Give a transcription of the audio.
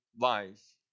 life